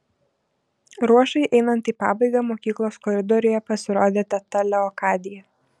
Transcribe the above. ruošai einant į pabaigą mokyklos koridoriuje pasirodė teta leokadija